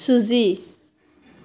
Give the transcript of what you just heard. চুজি